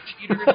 cheater